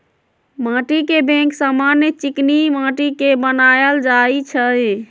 माटीके बैंक समान्य चीकनि माटि के बनायल जाइ छइ